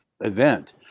event